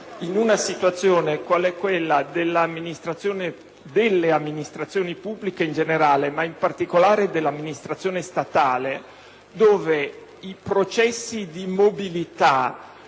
in una situazione qual è quella delle amministrazioni pubbliche in generale e in particolare dell'amministrazione statale, dove i processi di mobilità